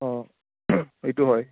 অঁ এইটো হয়